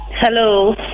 Hello